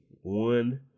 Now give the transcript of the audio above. one